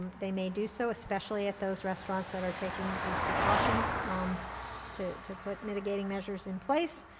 um they may do so, especially at those restaurants that are taking these precautions um to to put mitigating measures in place.